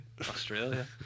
Australia